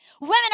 Women